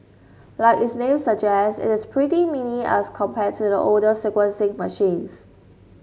like its name suggests it is pretty mini as compared to the older sequencing machines